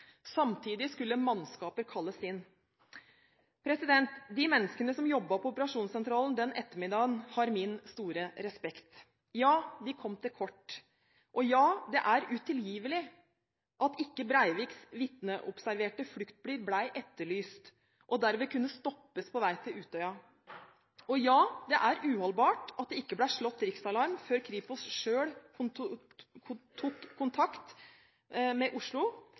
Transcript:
Samtidig skulle mannskaper kalles inn. De menneskene som jobbet på operasjonssentralen den ettermiddagen, har min store respekt. Ja, de kom til kort, og ja, det er utilgivelig at ikke Breiviks vitneobserverte fluktbil ble etterlyst og dermed kunne blitt stoppet på vei til Utøya. Og ja, det er uholdbart at det ikke ble slått riksalarm før Kripos selv tok kontakt med Oslo,